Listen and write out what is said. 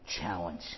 challenge